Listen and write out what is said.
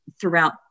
throughout